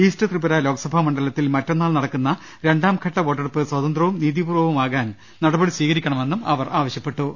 east Tripura Lok Sabha മണ്ഡലത്തിൽ മറ്റന്നാൾ നടക്കുന്ന രണ്ടാംഘട്ട വോട്ടെ ടുപ്പ് സ്വതന്ത്രവും നീതിപൂർവവുമാകാൻ നടപടി സ്വീകരിക്കണമെന്നും അവർ ആവശ്യപ്പെട്ടു